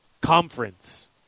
Conference